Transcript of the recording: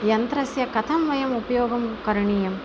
यन्त्रस्य कथं वयम् उपयोगं करणीयम्